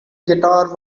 guitar